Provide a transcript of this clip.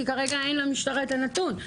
כי כרגע אין למשטרה את הנתון.